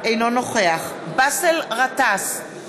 אינו נוכח באסל גטאס,